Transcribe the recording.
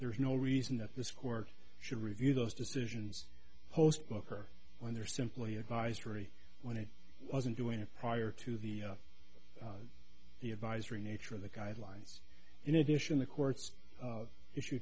there is no reason that this court should review those decisions post book or when they're simply advisory when it wasn't doing it prior to the the advisory nature of the guidelines in addition the courts issue